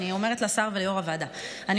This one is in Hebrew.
אני אומרת לשר וליו"ר הוועדה: אני